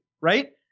right